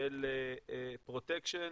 של פרוטקשן